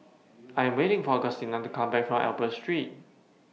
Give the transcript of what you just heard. I Am waiting For Augustina to Come Back from Albert Street